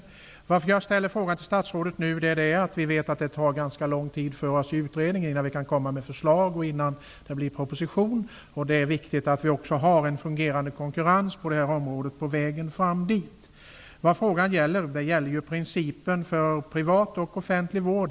Skälet till att jag ställer frågan till statsrådet nu är att vi vet att det tar ganska lång tid för oss i utredningen innan vi kan komma med förslag och innan det blir en proposition. Det är viktigt att vi har en fungerande konkurrens på det här området på vägen fram dit. Vad frågan gäller är ju principen för privat och offentlig vård.